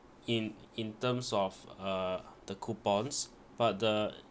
in in terms of uh the coupons but the